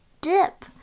dip